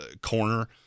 corner